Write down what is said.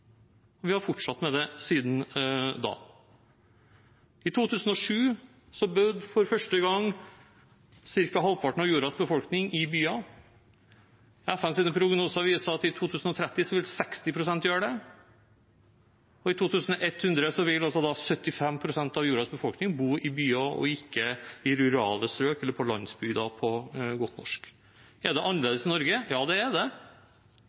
og vi har fortsatt med det siden da. I 2007 bodde for første gang ca. halvparten av jordas befolkning i byer. FNs prognoser viser at i 2030 vil 60 pst. gjøre det, og i 2100 vil 75 pst. av jordas befolkning bo i byer og ikke i rurale strøk – eller, på godt norsk, på landsbygda. Er det annerledes i Norge? Ja, det er det,